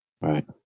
Right